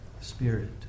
Spirit